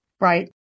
Right